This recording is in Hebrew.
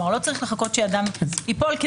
לא צריך לחכות שאדם ייפול.